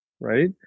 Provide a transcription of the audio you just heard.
right